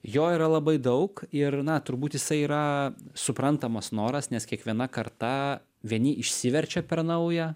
jo yra labai daug ir na turbūt jisai yra suprantamas noras nes kiekviena karta vieni išsiverčia per naują